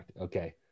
okay